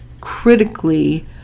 critically